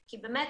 כי באמת,